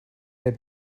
der